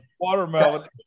Watermelon